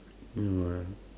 no ah